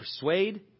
persuade